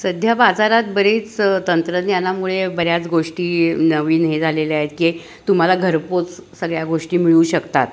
सध्या बाजारात बरीच तंत्रज्ञानामुळे बऱ्याच गोष्टी नवीन हे झालेल्या आहेत की तुम्हाला घरपोच सगळ्या गोष्टी मिळू शकतात